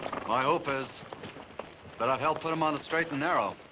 my hope is that i've helped put them on the straight and narrow.